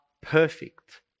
perfect